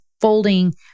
folding